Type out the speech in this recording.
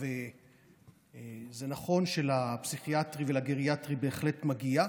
זה נכון שלפסיכיאטרי ולגריאטרי בהחלט מגיע,